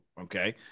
okay